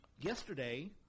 Yesterday